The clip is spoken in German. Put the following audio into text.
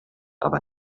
aber